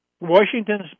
Washington's